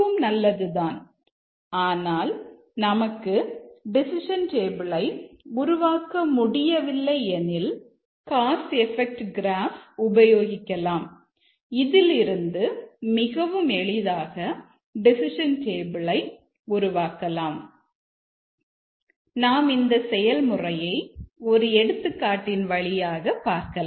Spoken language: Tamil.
நாம் இந்த செயல்முறையை ஒரு எடுத்துக்காட்டின் வழியாக பார்க்கலாம்